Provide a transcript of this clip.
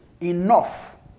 Enough